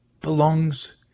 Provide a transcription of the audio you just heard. belongs